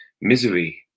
misery